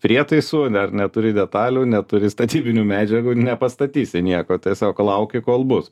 prietaisų dar neturi detalių neturi statybinių medžiagų nepastatysi nieko tiesiog lauki kol bus